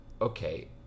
okay